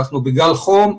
אנחנו בגל חום,